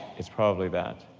it's probably that.